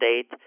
state